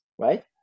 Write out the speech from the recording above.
right